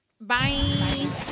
Bye